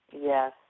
Yes